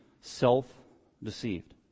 self-deceived